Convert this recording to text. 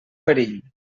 perill